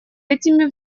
этими